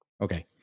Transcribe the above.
Okay